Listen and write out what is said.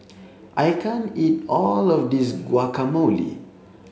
I can't eat all of this Guacamole